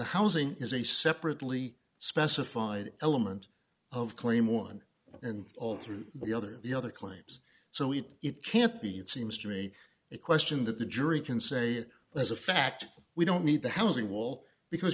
housing is a separately specified element of claim one and all through the other the other claims so it it can't be it seems to me a question that the jury can say as a fact we don't need the housing wall because